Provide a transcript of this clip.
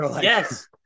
Yes